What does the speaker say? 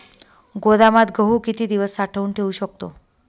गोदामात गहू किती दिवस साठवून ठेवू शकतो?